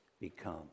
become